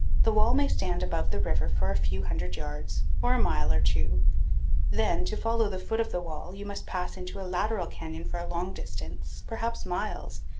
the wall may stand above the river for a few hundred yards or a mile or two then, to follow the foot of the wall, you must pass into a lateral canyon for a long distance, perhaps miles,